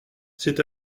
c’est